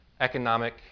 economic